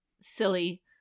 silly